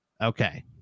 okay